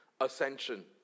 ascension